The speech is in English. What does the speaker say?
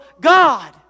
God